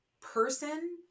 person